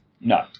No